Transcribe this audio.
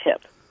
tip